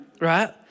right